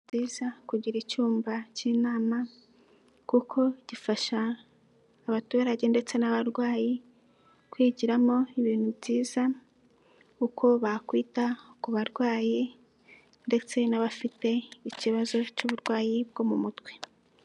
Nibyiza kugira icyumba cy'inama kuko gifasha abaturage ndetse n'abarwayi kwigiramo ibintu byiza uko bakwita ku barwayi ndetse n'abafite ikibazo cy'uburwayi bwo mu mutwe.